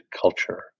culture